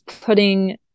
putting